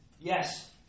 yes